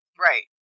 Right